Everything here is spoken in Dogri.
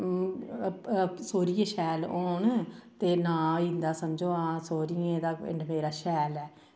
सौह्रिये शैल होन ते नांऽ होई जंदा समझो हां सौह्रियें दा नवेरा शैल ऐ